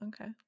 Okay